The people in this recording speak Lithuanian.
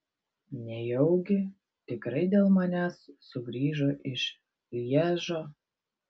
nejaugi tikrai dėl manęs sugrįžo iš lježo